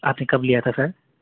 آپ نے کب لیا تھا سر